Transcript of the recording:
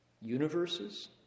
universes